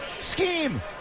scheme